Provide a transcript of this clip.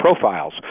profiles